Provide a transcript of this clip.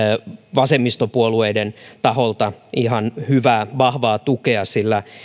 vasemmistopuolueiden taholta ihan hyvää vahvaa tukea sillä